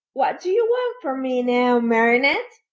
what do you want from me now, marionette?